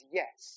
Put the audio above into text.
yes